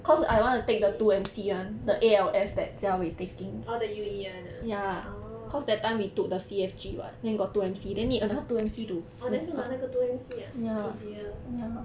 eighteen M_C what's that orh the U_E [one] ah orh orh then 就拿那个 two M_C ah easier